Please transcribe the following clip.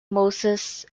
moses